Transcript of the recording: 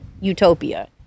utopia